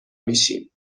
میشین